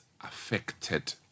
affected